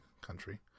country